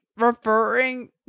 referring